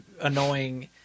annoying